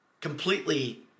completely